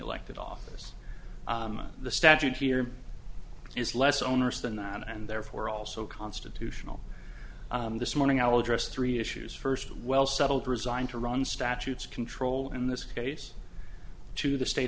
elected office the statute here is less onerous than that and therefore also constitutional this morning i'll address three issues first well settled resigned to run statutes control in this case to the state